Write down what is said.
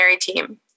team